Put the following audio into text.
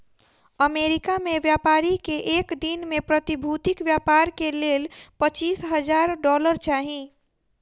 America में व्यापारी के एक दिन में प्रतिभूतिक व्यापार के लेल पचीस हजार डॉलर चाही